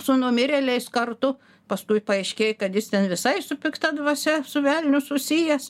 su numirėliais kartu paskui paaiškėja kad jis ten visai su pikta dvasia su velniu susijęs